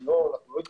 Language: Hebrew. אני לא אתנגד.